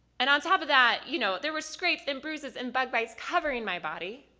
and on top of that you know there were scrapes and bruises and bug bites covering my body.